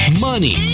Money